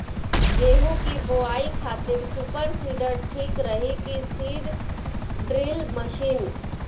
गेहूँ की बोआई खातिर सुपर सीडर ठीक रही की सीड ड्रिल मशीन?